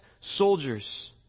soldiers